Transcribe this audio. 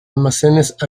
almacenes